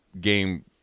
game